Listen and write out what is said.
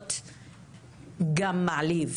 להיות גם מעליב.